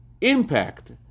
impact